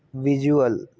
visual